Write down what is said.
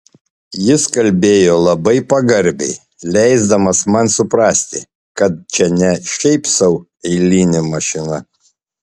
jis kalbėjo labai pagarbiai leisdamas man suprasti kad čia ne šiaip sau eilinė mašina